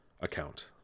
account